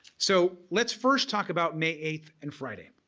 so let's first talk about may eighth and friday.